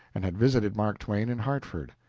and had visited mark twain in hartford.